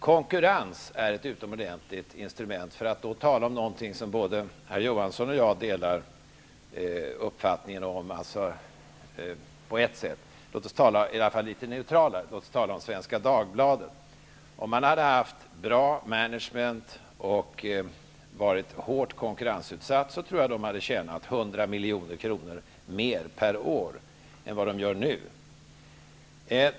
Konkurrens är ett utomordentligt instrument. Låt oss tala om något som herr Johansson och jag på ett sätt har samma uppfattning om eller något som i varje fall är litet neutralare, nämligen Svenska Dagbladet. Om man hade haft bra management och varit hårt konkurrensutsatt, tror jag att man hade tjänat 100 milj.kr. mer per år än man gör nu.